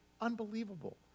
Unbelievable